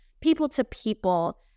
people-to-people